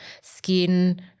skin